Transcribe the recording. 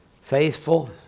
Faithful